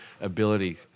ability